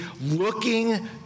looking